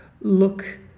look